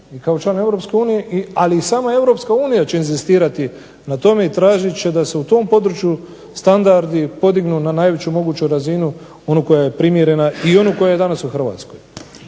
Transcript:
i sama Europska unija će inzistirati na tome i tražit će da se u tom području standardi podignu na najveću moguću razinu, onu koja je primjerena i onu koja je danas u Hrvatskoj.